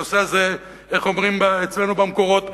הנושא הזה, איך אומרים אצלנו במקורות,